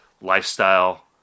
lifestyle